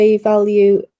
value